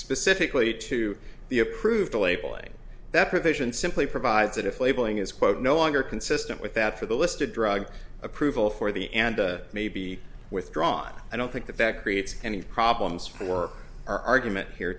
specifically to the approved the labeling that provision simply provides that if labeling is quote no longer consistent with that for the listed drug approval for the end may be withdrawn i don't think that that creates any problems for our argument here